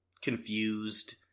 confused